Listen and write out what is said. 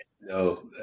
No